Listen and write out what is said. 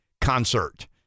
concert